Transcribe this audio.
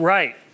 Right